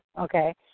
Okay